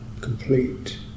complete